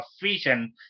efficient